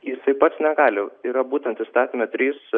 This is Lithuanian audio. jisai pats negali yra būtent įstatyme trys